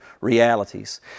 realities